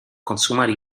consumare